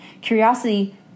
Curiosity